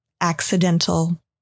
accidental